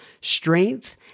strength